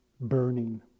burning